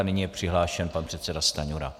Nyní je přihlášen pan předseda Stanjura.